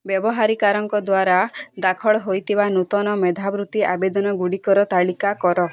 ବ୍ୟବହାରକାରୀଙ୍କ ଦ୍ଵାରା ଦାଖଲ ହୋଇଥିବା ନୂତନ ମେଧାବୃତ୍ତି ଆବେଦନଗୁଡ଼ିକର ତାଲିକା କର